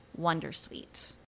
Wondersuite